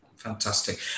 Fantastic